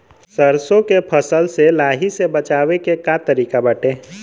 सरसो के फसल से लाही से बचाव के का तरीका बाटे?